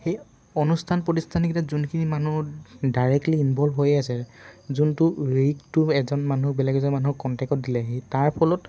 সেই অনুষ্ঠান প্ৰতিষ্ঠানকেইটাত যোনখিনি মানুহ ডাইৰেক্টলি ইনভল্ভ হৈয়ে আছে যোনটো ৰিকটো এজন মানুহক বেলেগ এজন মানুহক কণ্টেক্টত দিলে সেই তাৰ ফলত